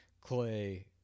Clay